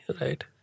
right